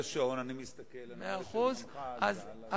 יש שעון, ואני מסתכל ורואה שזמנך אזל.